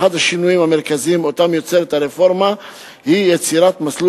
אחד השינויים המרכזיים שהרפורמה יוצרת הוא יצירת מסלול